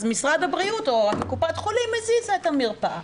אז משרד הבריאות או קופת החולים הזיזה את המרפאה.